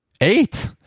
Eight